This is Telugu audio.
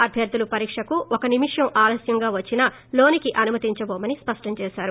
అభ్యర్లులు పరీక్షకు ఒక నిమిషం ఆలస్యంగా వచ్చినా లోనికి అనుమతించబోమని స్పష్టం చేశారు